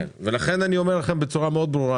לכן אני אומר לכם בצורה מאוד ברורה.